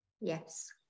yes